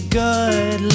good